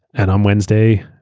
and um wednesday,